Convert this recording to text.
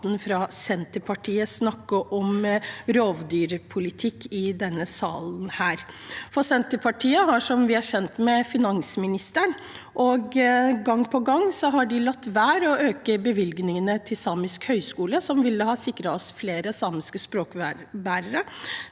fra Senterpartiet snakke om rovdyrpolitikk i denne salen. Senterpartiet har, som vi er kjent med, finansministerposten. Gang på gang har de latt være å øke bevilgningene til Samisk høyskole, som ville ha sikret oss flere samiske språkbærere.